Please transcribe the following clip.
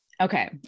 Okay